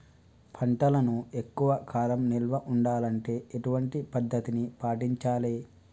పంటలను ఎక్కువ కాలం నిల్వ ఉండాలంటే ఎటువంటి పద్ధతిని పాటించాలే?